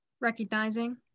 recognizing